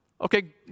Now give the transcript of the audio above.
Okay